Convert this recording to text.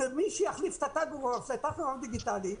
מי שיחליף את הטכוגרף לטכוגרף דיגיטלי,